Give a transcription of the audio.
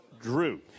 Drew